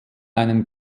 einen